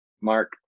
Mark